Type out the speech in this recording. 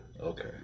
Okay